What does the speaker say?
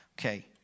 Okay